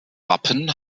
wappen